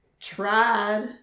tried